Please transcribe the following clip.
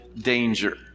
danger